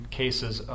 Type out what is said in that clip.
cases